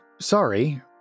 Sorry